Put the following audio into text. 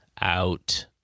out